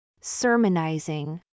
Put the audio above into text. sermonizing